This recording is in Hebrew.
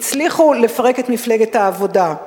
הצליחו לפרק את מפלגת העבודה.